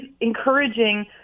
encouraging